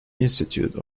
institute